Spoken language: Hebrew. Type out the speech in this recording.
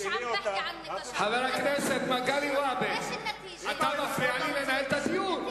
חבר הכנסת מגלי והבה, אתה מפריע לי לנהל את הדיון.